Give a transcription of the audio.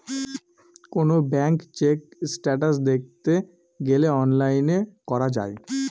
কোনো bank check status দেখতে গেলে অনলাইনে করা যায়